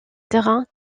terrain